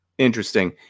Interesting